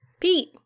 Pete